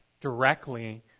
directly